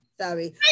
Sorry